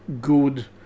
good